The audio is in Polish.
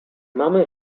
mamy